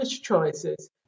choices